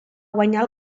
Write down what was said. guanyar